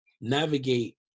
navigate